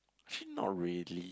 actually not really